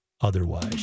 otherwise